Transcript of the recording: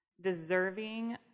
deserving